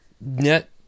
net